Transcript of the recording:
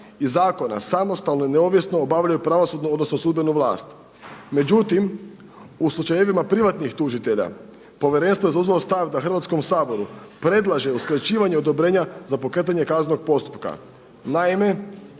i zakona samostalno i neovisno obavljaju pravosudnu, odnosno sudbenu vlast. Međutim u slučajevima privatnih tužitelja Povjerenstvo je zauzelo stav da Hrvatskom saboru predlaže uskraćivanje odobrenja za pokretanje kaznenog postupka. Naime,